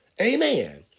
amen